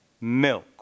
milk